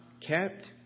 kept